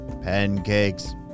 Pancakes